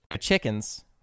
Chickens